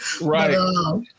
Right